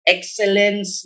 Excellence